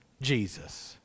Jesus